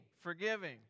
forgiving